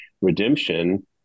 redemption